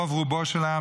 רוב-רובו של העם,